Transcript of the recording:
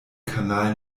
kanal